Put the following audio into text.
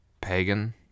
pagan